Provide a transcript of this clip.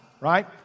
right